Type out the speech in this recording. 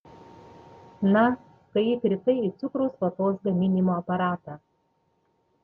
na kai įkritai į cukraus vatos gaminimo aparatą